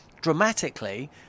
dramatically